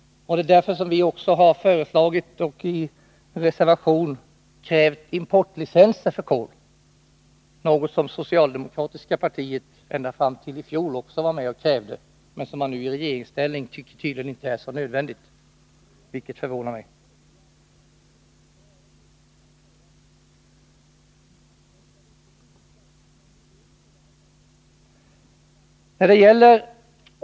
Det är också därför vi har föreslagit och i reservation krävt importlicenser för kol, något som socialdemokratiska partiet ända fram till i fjol också krävde men som man nu i regeringsställning tydligen inte tycker är så nödvändigt, vilket förvånar mig.